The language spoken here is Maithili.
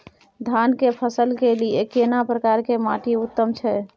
धान की फसल के लिये केना प्रकार के माटी उत्तम छै?